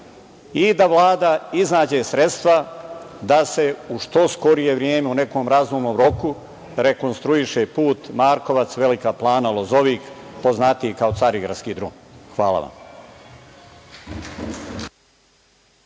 i da Vlada iznađe sredstva da se u što skorije vreme, u nekom razumnom roku rekonstruiše put Markovac – Velika Plana – Lozovik, poznatiji kao Carigradski drum. Hvala vam.